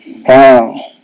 Wow